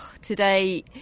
today